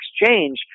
exchange